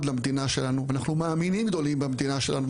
למדינה שלנו ואנחנו מאמינים גדולים במדינה שלנו.